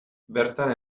bertan